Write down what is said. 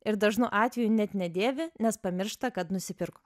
ir dažnu atveju net nedėvi nes pamiršta kad nusipirko